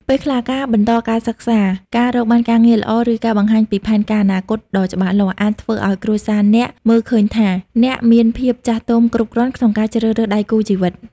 ពេលខ្លះ ការបន្តការសិក្សា ការរកបានការងារល្អ ឬការបង្ហាញពីផែនការអនាគតដ៏ច្បាស់លាស់ អាចធ្វើឲ្យគ្រួសារអ្នកមើលឃើញថា អ្នកមានភាពចាស់ទុំគ្រប់គ្រាន់ក្នុងការជ្រើសរើសដៃគូជីវិត។